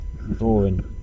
boring